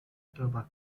tropas